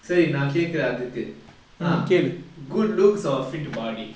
சரி நா கேக்குறன் அடுத்து:sari na kekkuran aduthu ah good looks or fit body